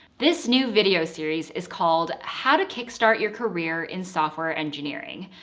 this new video series is called how to kickstart your career in software engineering.